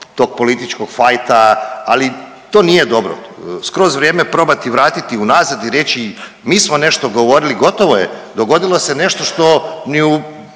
tog političkog fajta, ali to nije dobro, skroz vrijeme probati vratiti unazad i reći mi smo nešto govorili, gotovo je, dogodilo se nešto što ni u